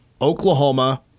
Oklahoma